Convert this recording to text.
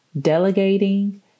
delegating